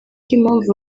impamvu